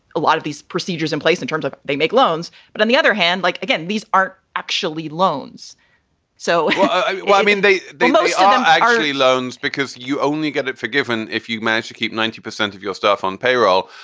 a lot of these procedures in place in terms of they make loans. but on the other hand, like again, these aren't actually loans so, i mean, they they they aren't actually loans because you only get it forgiven if you manage to keep ninety percent of your stuff on payroll.